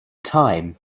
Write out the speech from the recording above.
time